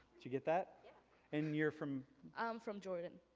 you get that? yeah and you're from. i'm from jordan.